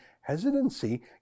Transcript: hesitancy